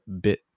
bit